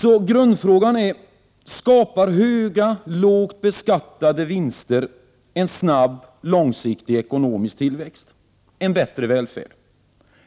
Så grundfrågan är: Skapar höga, lågt beskattade vinster en snabb och långsiktig ekonomisk tillväxt, en bättre välfärd?